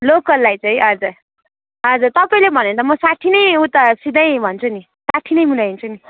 लोकललाई चाहिँ हजुर हजुर तपाईँले भन्यो भने त म साठी नै उता सिद्धै भन्छु नि साठी नै मिलाइदिन्छु नि